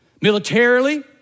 militarily